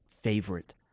favorite